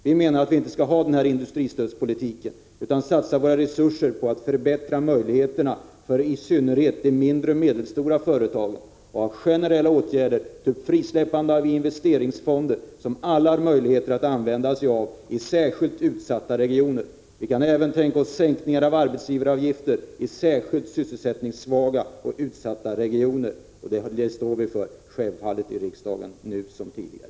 Vi skall inte ha en sådan industristödspolitik utan satsa våra resurser på att förbättra möjligheterna för i synnerhet de mindre och medelstora företagen och på generella åtgärder för frisläppande av investeringsfonder som alla har möjlighet att använda i särskilt utsatta regioner. Vi kan även tänka oss sänkningar av arbetsgivaravgifter i särskilt sysselsättningssvaga och utsatta regioner. Detta står vi självfallet för i riksdagen, nu som tidigare.